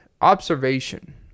observation